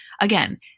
again